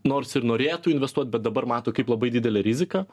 nors ir norėtų investuot bet dabar mato kaip labai didelę riziką